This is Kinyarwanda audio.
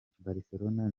barcelona